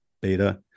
beta